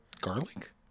Garlic